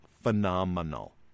phenomenal